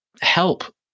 help